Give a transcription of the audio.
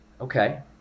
Okay